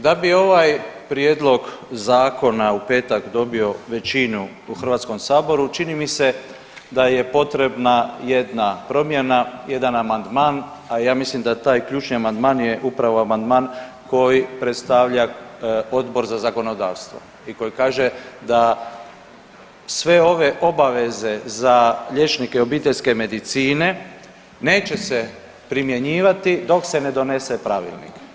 Da bi ovaj prijedlog Zakona u petak dobio većinu u HS-u, čini mi se da je potrebna jedna promjena, jedan amandman, a ja mislim da taj ključni amandman je upravo amandman koji predstavlja Odbor za zakonodavstvo i koji kaže da sve ove obaveze za liječnike obiteljske medicine neće se primjenjivati dok se ne donese pravilnik.